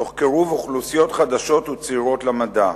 תוך קירוב אוכלוסיות חדשות וצעירות למדע.